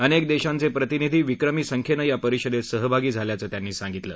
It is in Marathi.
अनेक देशांचे प्रतिनिधी विक्रीमी संख्येनं या परिषदेत सहभागी झाल्याचं त्यांनी सांगितलं